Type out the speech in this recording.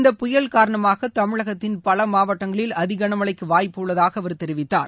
இந்த புயல் காரணமாக தமிழகத்தின் பல மாவட்டங்களில் அதி களமழழக்கு வாய்ப்பு உள்ளதாக அவர் தெரிவித்தார்